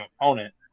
opponent